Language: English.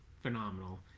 phenomenal